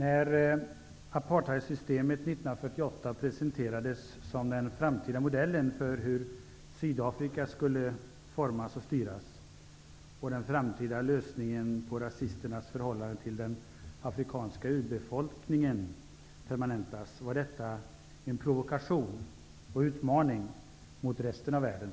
Fru talman! När apartheidsystemet år 1948 Sydafrika skulle formas och styras och som den framtida lösningen på hur rasisternas förhållande till den afrikanska urbefolkningen skulle permanentas var det en provokation mot resten av världen.